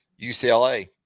UCLA